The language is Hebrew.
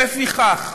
לפיכך,